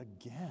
again